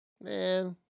Man